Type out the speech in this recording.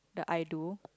the I do